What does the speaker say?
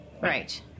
right